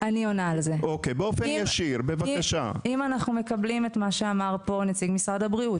אני עונה על זה: אם אנחנו מקבלים את מה שאמר פה נציג משרד הבריאות,